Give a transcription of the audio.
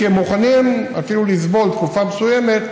הם מוכנים אפילו לסבול תקופה מסוימת,